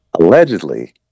allegedly